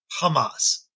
Hamas